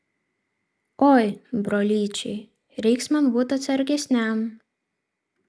oi brolyčiai reiks man būti atsargesniam